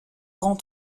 grand